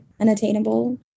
unattainable